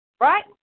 right